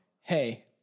Hey